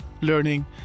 learning